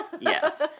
Yes